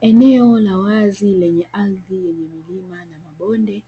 Eneo la wazi lenye ardhi yenye milima na mabonde